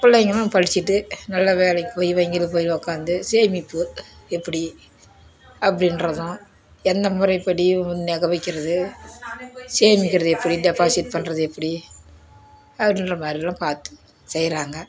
பிள்ளைங்களும் படித்துட்டு நல்ல வேலைக்கு போய் வங்கியில் போய் உக்காந்து சேமிப்பு எப்படி அப்படின்றதும் எந்த முறைப்படி நகை வைக்கிறது சேமிக்கிறது எப்படி டெப்பாசிட் பண்ணுறது எப்படி அப்படின்ற மாதிரில்லாம் பார்த்து செய்கிறாங்க